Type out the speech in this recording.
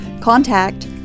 contact